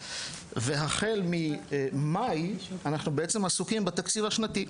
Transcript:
והחל ממאי אנחנו בעצם עסוקים בתקציב השנתי.